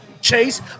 chase